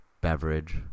beverage